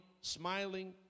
smiling